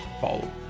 follow